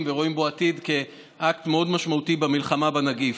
ורואים בו עתיד כאקט מאוד משמעותי במלחמה בנגיף.